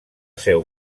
seu